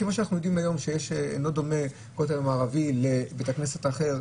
כמו שאנחנו יודעים שאינו דומה הכותל המערבי לבית כנסת אחר,